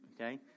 Okay